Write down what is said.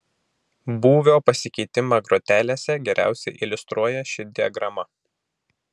būvio pasikeitimą grotelėse geriausiai iliustruoja ši diagrama